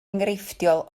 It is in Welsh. enghreifftiol